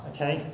Okay